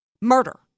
murder